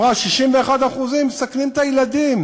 היא אמרה: 61% מסכנים את הילדים.